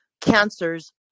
cancers